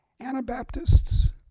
Anabaptists